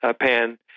pan